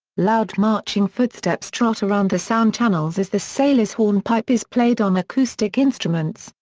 loud marching footsteps trot around the sound channels as the sailor's hornpipe is played on acoustic instruments,